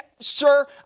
sure